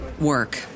work